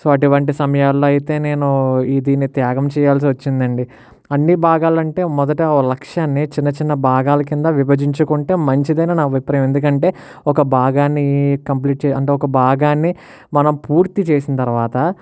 so అటువంటి సమయాల్లో అయితే నేను ఈ దీన్ని త్యాగం చెయ్యాల్సి వచ్చిందండి అన్నీ భాగాలంటే మొదట ఓ లక్ష్యాన్ని చిన్న చిన్న భాగాల కింద విభజించుకుంటే మంచిదని నా అభిప్రాయం ఎందుకంటే ఒక భాగాన్ని కంప్లీట్ చేయి అంటే ఒక భాగాన్ని మనం పూర్తి చేసిన తరువాత